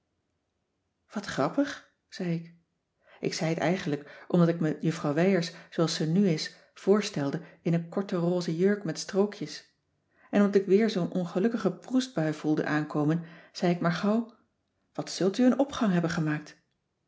wat grappig zei ik ik zei t eigenlijk omdat ik me juffrouw wijers zooals ze nu is voorstelde in een korte rose jurk met strookjes en omdat ik weer zoo'n ongelukkige proestbui voelde aankomen zei ik maar gauw wat zult u een opgang hebben gemaakt